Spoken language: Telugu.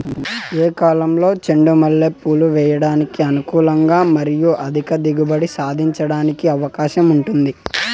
ఏ కాలంలో చెండు మల్లె పూలు వేయడానికి అనుకూలం మరియు అధిక దిగుబడి సాధించడానికి అవకాశం ఉంది?